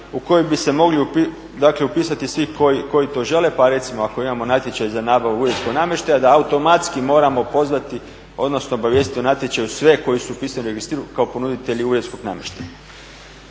u koju bi se mogli upisati svi koji to žele. Pa recimo ako imamo natječaj za nabavu uredskog namještaja da automatski moramo pozvati, odnosno obavijestiti o natječaju sve koji su upisani u …/Govornik se ne razumije./… kao ponuditelji uredskog namještaja.